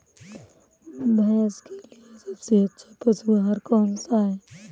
भैंस के लिए सबसे अच्छा पशु आहार कौन सा है?